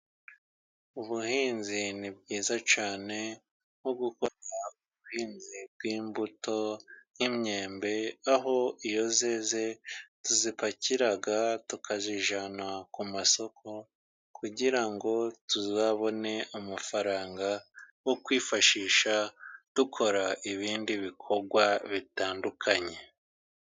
Ubuhinzi ni bwiza cyane nko gukora Ubuhinzi bw'imbuto nk'imyembe. Aho iyo yeze tuyipakira tukayijyana ku masoko, kugira ngo tuzabone amafaranga yo kwifashisha dukora ibindi bikorwa bitandukanye.